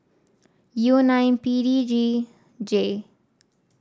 U nine P D G J